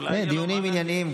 יש דיונים ענייניים.